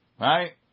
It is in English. right